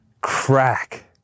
crack